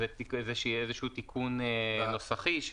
אז זה איזשהו תיקון נוסחי,